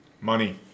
Money